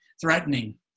threatening